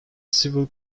civil